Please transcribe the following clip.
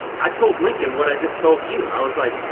i told lincoln what i just told you, i was like,